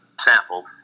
sample